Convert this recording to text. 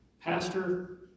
Pastor